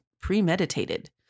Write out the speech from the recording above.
premeditated